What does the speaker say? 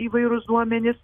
įvairūs duomenys